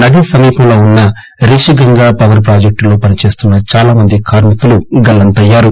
నది సమీపంలో ఉన్న రిషిగంగ పవర్ ప్రాజెక్ట్ లో పనిచేస్తున్న చాలా మంది కార్మి కులు గల్లంతయ్యారు